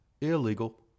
Illegal